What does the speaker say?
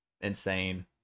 insane